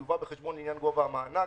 יובא בחשבון לעניין גובה המענק.